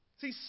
See